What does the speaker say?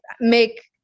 make –